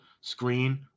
screen